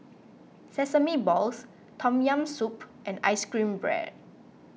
Sesame Balls Tom Yam Soup and Ice Cream Bread